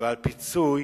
ועל פיצוי